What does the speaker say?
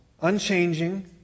unchanging